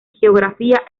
geografía